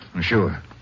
Sure